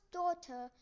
daughter